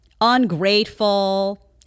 Ungrateful